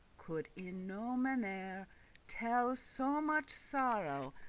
could in no mannere telle so much sorrow,